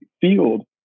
field